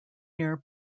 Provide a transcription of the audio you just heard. near